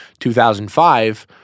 2005